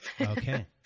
Okay